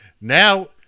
now